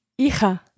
hija